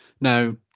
Now